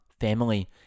family